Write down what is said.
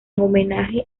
homenaje